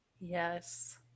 yes